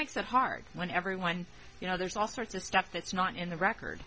makes it hard when everyone you know there's all sorts of stuff that's not in the record